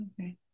Okay